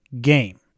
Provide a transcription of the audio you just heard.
game